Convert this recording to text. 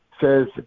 says